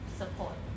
support